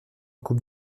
coupe